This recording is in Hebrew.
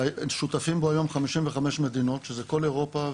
ושותפים בו היום 55 מדינות שזה כל אירופה,